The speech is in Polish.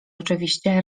oczywiście